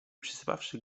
przysypawszy